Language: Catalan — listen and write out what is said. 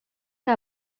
que